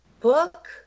book